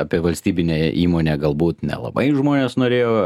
apie valstybinę įmonę galbūt nelabai žmonės norėjo